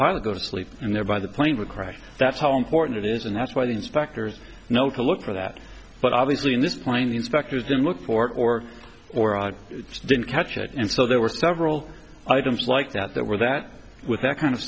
part of the sleep and thereby the plane would crash that's how important it is and that's why the inspectors know to look for that but obviously in this plane the inspectors in look for it or or i didn't catch it and so there were several items like that that were that with that kind of